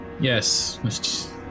yes